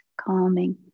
calming